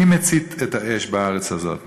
מי מצית את האש בארץ הזאת,